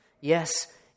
Yes